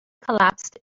collapsed